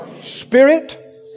spirit